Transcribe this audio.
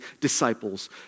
disciples